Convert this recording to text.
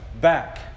back